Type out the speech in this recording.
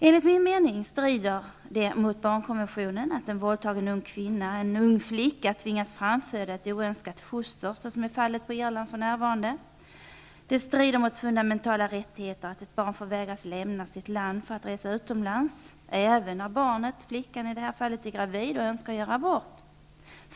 Enligt min mening strider det mot barnkonventionen att en våldtagen ung kvinna -- en ung flicka -- tvingas framföda ett oönskat foster, såsom är fallet på Irland för närvarande. Det strider mot fundamentala rättigheter att ett barn förvägras lämna sitt land för att resa utomlands, även om barnet -- flickan -- är gravid och önskar göra abort.